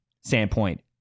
standpoint